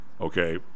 okay